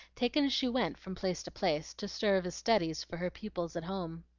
taken as she went from place to place, to serve as studies for her pupils at home.